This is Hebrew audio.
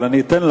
אבל אני אתן.